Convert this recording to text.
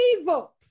evil